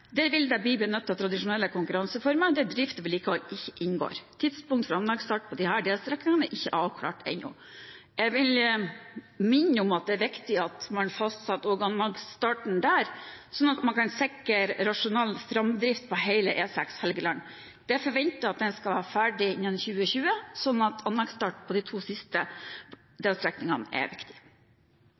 vedlikehold ikke inngår. Tidspunkt for anleggsstart for disse delstrekningene er ikke avklart ennå. Jeg vil minne om at det er viktig at man fastsetter anleggsstarten også der, sånn at man kan sikre rasjonell framdrift på hele E6 Helgeland. Det er forventet at den skal være ferdig innen 2020, og derfor er anleggsstart på de to siste delstrekningene viktig.